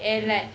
mm